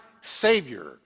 Savior